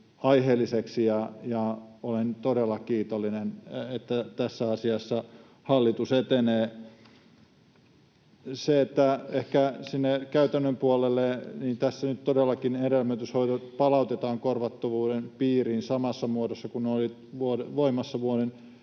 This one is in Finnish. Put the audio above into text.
aiheelliseksi, ja olen todella kiitollinen, että tässä asiassa hallitus etenee. Sitten käytännön puolelle: tässä nyt todellakin hedelmöityshoidot palautetaan korvattavuuden piiriin samassa muodossa kuin ne olivat voimassa vuoden